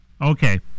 Okay